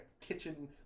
kitchen